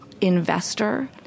investor